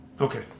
Okay